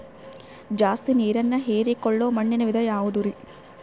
ಜಾಸ್ತಿ ನೇರನ್ನ ಹೇರಿಕೊಳ್ಳೊ ಮಣ್ಣಿನ ವಿಧ ಯಾವುದುರಿ?